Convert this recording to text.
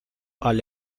alle